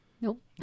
Nope